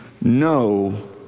no